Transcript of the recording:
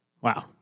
Wow